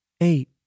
Eight